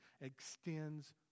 extends